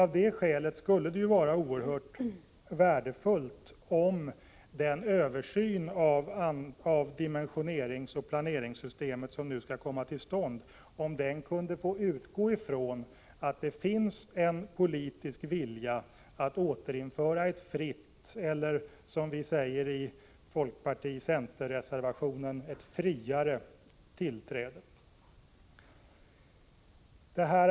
Av det skälet skulle det vara oerhört värdefullt om den översyn av dimensioneringsoch planeringssystemet som nu skall komma till stånd kunde få utgå från att det finns en politisk vilja att återinföra ett fritt eller, som vi säger i folkpartioch centerreservationer, ”friare” tillträde.